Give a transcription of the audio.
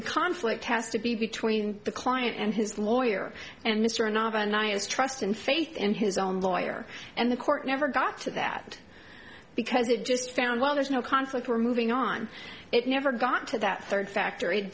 conflict has to be between the client and his lawyer and mr novena is trust and faith in his own lawyer and the court never got to that because it just found well there's no conflict we're moving on it never got to that third factor